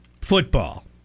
football